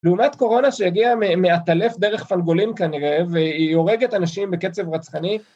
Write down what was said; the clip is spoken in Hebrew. לעומת קורונה שהגיעה מעטלף דרך פנגולים כנראה, והיא הורגת אנשים בקצב רצחני